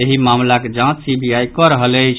एहि मामिलाक जांच सीबीआई कऽ रहल अछि